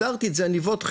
והגדרתי את זה עניבות חנק,